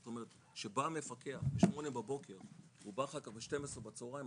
זאת אומרת שבא מפקח בשמונה בבוקר והוא בא אחר כך ב-12 בצוהריים,